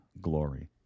glory